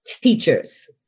teachers